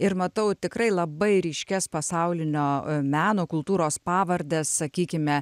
ir matau tikrai labai ryškias pasaulinio meno kultūros pavardes sakykime